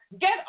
Get